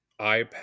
ipad